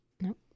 Nope